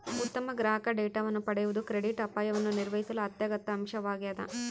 ಉತ್ತಮ ಗ್ರಾಹಕ ಡೇಟಾವನ್ನು ಪಡೆಯುವುದು ಕ್ರೆಡಿಟ್ ಅಪಾಯವನ್ನು ನಿರ್ವಹಿಸಲು ಅತ್ಯಗತ್ಯ ಅಂಶವಾಗ್ಯದ